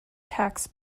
tax